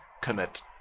commit